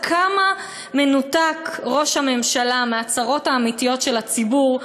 כמה מנותק ראש הממשלה מהצרות האמיתיות של הציבור,